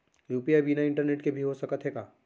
UPI बिना internet के भी हो सकत हे का?